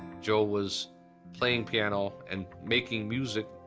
joe was playing piano and making music,